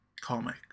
comic